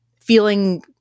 feeling